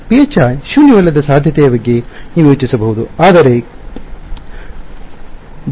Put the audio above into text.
phi ಶೂನ್ಯವಲ್ಲದ ಸಾಧ್ಯತೆಯ ಬಗ್ಗೆ ನೀವು ಯೋಚಿಸಬಹುದೇ ಆದರೆ ∇ϕ